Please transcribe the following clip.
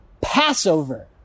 Passover